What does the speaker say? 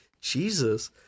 Jesus